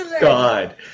God